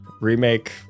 remake